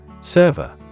Server